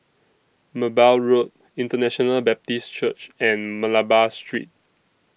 Merbau Road International Baptist Church and Malabar Street